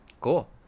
Cool